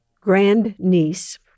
grandniece